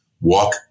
walk